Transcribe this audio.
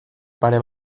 pare